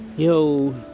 Yo